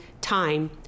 time